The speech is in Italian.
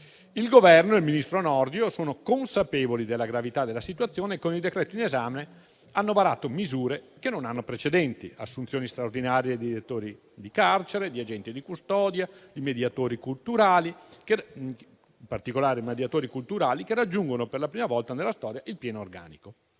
Il Governo e il ministro Nordio sono consapevoli della gravità della situazione e con il decreto in esame hanno varato misure che non hanno precedenti: assunzioni straordinarie di direttori di carcere, di agenti di custodia, in particolare di mediatori culturali che raggiungono per la prima volta nella storia il pieno organico.